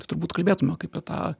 tai turbūt kalbėtume apie tą